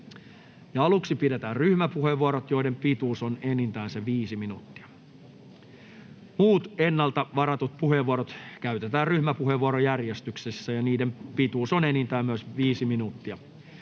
Aluksi pidetään ryhmäpuheenvuorot, joiden pituus on enintään 5 minuuttia. Muut ennakolta varatut puheenvuorot käytetään ryhmäpuheenvuorojärjestyksessä, ja myös niiden pituus on enintään 5 minuuttia.